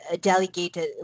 delegated